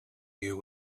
you